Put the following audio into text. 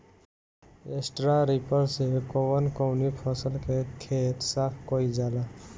Straw reaper से कवन कवनी फसल के खेत साफ कयील जाला?